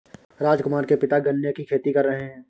राजकुमार के पिता गन्ने की खेती कर रहे हैं